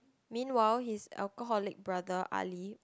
meanwhile his alcoholic brother ali